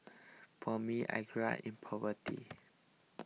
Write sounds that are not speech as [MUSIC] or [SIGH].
for me I [UNINTELLIGIBLE] in poverty [NOISE]